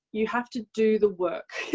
you have to do the work.